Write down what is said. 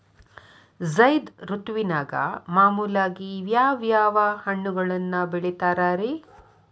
ಝೈದ್ ಋತುವಿನಾಗ ಮಾಮೂಲಾಗಿ ಯಾವ್ಯಾವ ಹಣ್ಣುಗಳನ್ನ ಬೆಳಿತಾರ ರೇ?